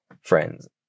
friends